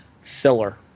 Filler